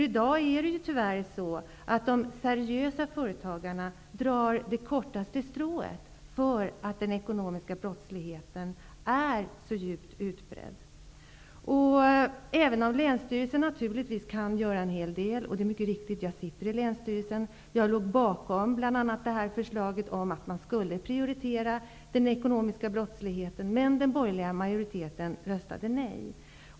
I dag drar ju tyvärr de seriösa företagarna det kortaste strået på grund av att den ekonomiska brottsligheten är så utbredd. Länsstyrelsen kan naturligtvis göra en hel del. Det är mycket riktigt att jag sitter i Länsstyrelsen. Jag låg bakom bl.a. förslaget om att man skulle prioritera den ekonomiska brottsligheten, men den borgerliga majoriteten röstade nej.